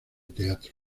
teatro